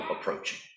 approaching